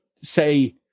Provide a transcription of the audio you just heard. say